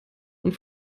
und